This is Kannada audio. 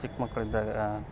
ಚಿಕ್ಕ ಮಕ್ಳು ಇದ್ದಾಗ